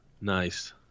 Nice